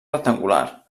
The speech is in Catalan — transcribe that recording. rectangular